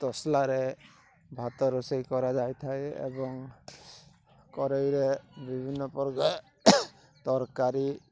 ତସଲାରେ ଭାତ ରୋଷେଇ କରାଯାଇଥାଏ ଏବଂ କଡ଼େଇରେ ବିଭିନ୍ନ ପ୍ରକାର ତରକାରୀ